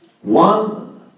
One